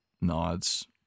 nods